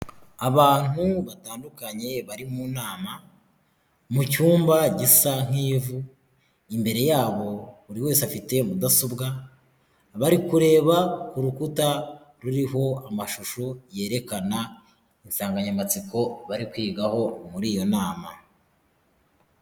Abantu batandukanye bari mu nama mucyumba gisa nk'ivu imbere yabo buri wese afite mudasobwa bari kureba ku rukuta ruriho amashusho yerekana insanganyamatsiko bari kwigaho muri iyo nama.